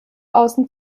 außen